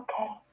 okay